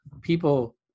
people